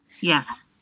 Yes